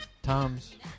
Tom's